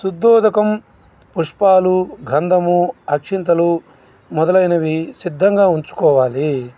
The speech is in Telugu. శుద్దోదకం పుష్పాలు గంధము అక్షింతలు మొదలైనవి సిద్ధంగా ఉంచుకోవాలి